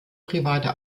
private